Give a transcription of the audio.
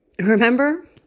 Remember